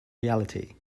reality